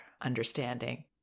understanding